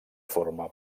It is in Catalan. forma